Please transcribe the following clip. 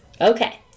Okay